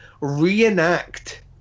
reenact